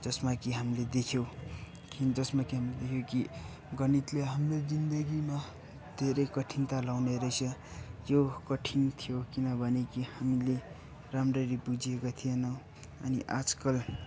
जसमा कि हामीले देख्यौँ जसमा कि हामीले देख्यो कि गणितले हाम्रो जिन्दगीमा धेरै कठिनता ल्याउने रहेछ यो कठिन थियो किनभने हामीले राम्ररी बुझेका थिएनौ अनि आजकल